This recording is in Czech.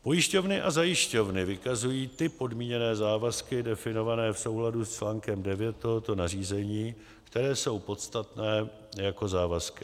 Pojišťovny a zajišťovny vykazují ty podmíněné závazky definované v souladu s čl. 9 tohoto nařízení, které jsou podstatné, jako závazky.